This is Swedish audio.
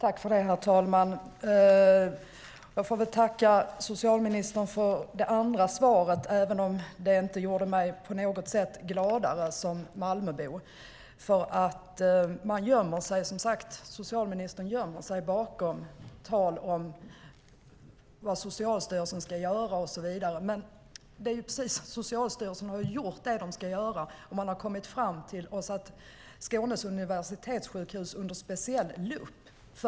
Herr talman! Jag får tacka socialministern för det andra svaret, även om det inte gjorde mig på något sätt gladare som Malmöbo. Socialministern gömmer sig bakom tal om vad Socialstyrelsen ska göra och så vidare. Men Socialstyrelsen har gjort vad de ska göra, och de har satt Skånes universitetssjukhus under lupp.